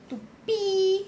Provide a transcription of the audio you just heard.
to pee